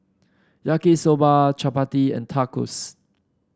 Yaki Soba Chapati and Tacos